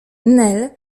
nel